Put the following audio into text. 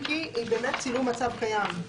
אם כי היא באמת תיאור מצב קיים.